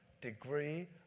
degree